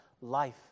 life